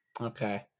Okay